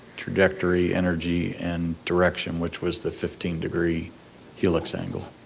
trajectory, energy, and direction which was the fifteen degree helix angle.